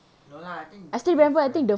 no lah I think different